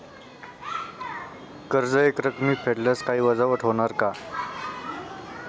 कर्ज एकरकमी फेडल्यास काही वजावट होणार का?